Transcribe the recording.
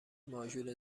ماژول